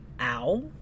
Ow